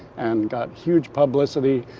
and got huge publicity.